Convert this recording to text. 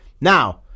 Now